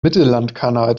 mittellandkanal